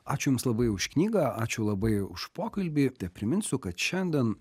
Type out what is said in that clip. ačiū jums labai už knygą ačiū labai už pokalbį tepriminsiu kad šiandien